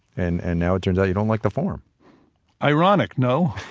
and and now it turns out you don't like the form ironic, no?